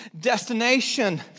destination